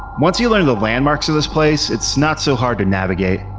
once you learn the landmarks of this place, it's not so hard to navigate.